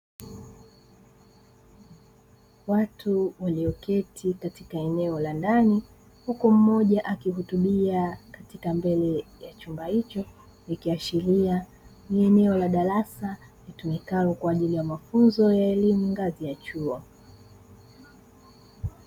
Watu walioketi katika eneo la ndani huku mmoja akihutubia katika mbele ya chumba hicho, ikiashiria ni eneo la darasa litumikalo kwa ajili ya mafunzo ya elimu ngazi ya chuo.